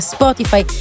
Spotify